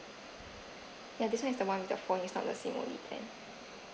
ya this one is the one with the phone it's not the S_I_M only plan